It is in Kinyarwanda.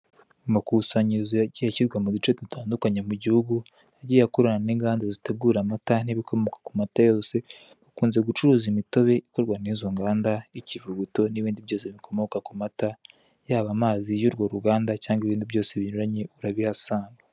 Amakusanyirizo yagiye ashyirwa mu duce dutandukanye mu gihugu, yagiye akorana n'inganda zitegura amata n'ibikomoka ku mata yose, bakunze gucuruza imitobe ikorwa n'izo nganda, ikivuguto n'ibindi byose bikomoka ku mata, yaba amazi y'urwo ruganda cyangwa ibindi byose binyuranye urabihasanga.